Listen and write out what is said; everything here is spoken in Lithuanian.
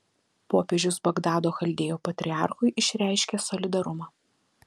popiežius bagdado chaldėjų patriarchui išreiškė solidarumą